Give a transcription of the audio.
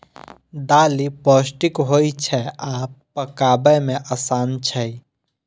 दालि पौष्टिक होइ छै आ पकबै मे आसान छै